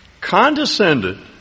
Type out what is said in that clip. condescended